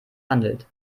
handelt